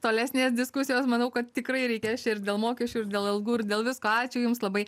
tolesnės diskusijos manau kad tikrai reikės čia ir dėl mokesčių ir dėl algų ir dėl visko ačiū jums labai